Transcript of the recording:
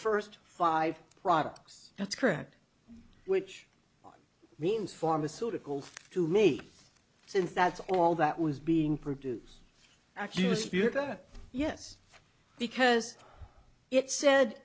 first five products that's correct which means pharmaceuticals to me since that's all that was being produced actually a spirit yes because it said